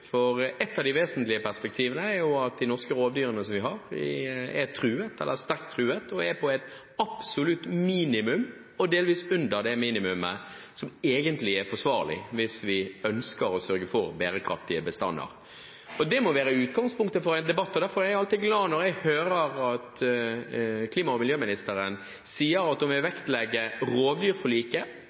rovdyr. Et av de vesentlige perspektivene er at de norske rovdyrene som vi har, er truet eller sterkt truet, og er på et absolutt minimum, og delvis under det minimumet som egentlig er forsvarlig, hvis vi ønsker å sørge for bærekraftige bestander. Det må være utgangspunktet for en debatt. Derfor er jeg alltid glad når jeg hører at klima- og miljøministeren sier at hun vil vektlegge rovdyrforliket